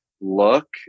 look